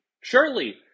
Surely